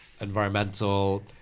environmental